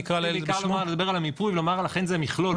רציתי בעיקר לדבר על המיפוי ולומר שלכן זה מכלול.